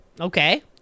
Okay